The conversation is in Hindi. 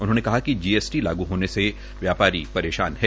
उन्होंने कहा कि जीएसटी लागू होने से व्यापारी परेशान है